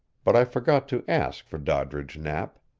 but i forgot to ask for doddridge knapp.